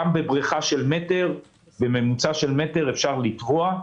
גם בבריכה בגובה ממוצע של מטר אפשר לטבוע.